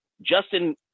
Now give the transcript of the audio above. Justin